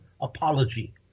apology